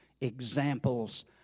examples